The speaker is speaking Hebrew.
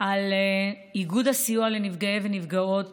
של איגוד הסיוע לנפגעי ונפגעות